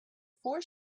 four